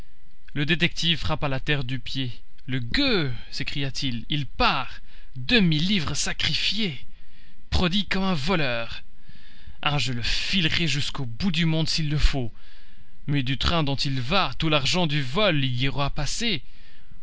le détective frappa la terre du pied le gueux s'écria-t-il il part deux mille livres sacrifiées prodigue comme un voleur ah je le filerai jusqu'au bout du monde s'il le faut mais du train dont il va tout l'argent du vol y aura passé